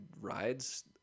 rides